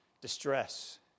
distress